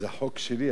זה חוק שלי.